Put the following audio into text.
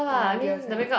uh do yourself